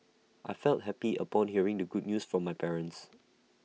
I felt happy upon hearing the good news from my parents